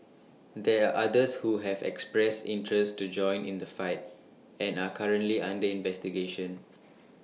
there are others who have expressed interest to join in the fight and are currently under investigation